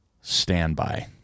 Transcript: standby